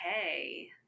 hey